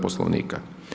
Poslovnika.